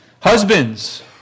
Husbands